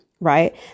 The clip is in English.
right